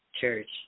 church